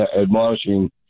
admonishing